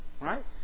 Right